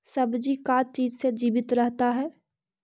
सब्जी का चीज से जीवित रहता है?